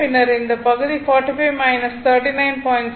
பின்னர் இந்தப் பகுதி 45 39